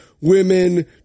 women